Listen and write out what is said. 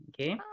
okay